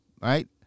Right